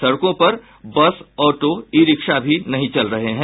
सड़कों पर bus auto e rickshaw भी नहीं चल रहे हैं